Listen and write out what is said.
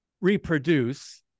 reproduce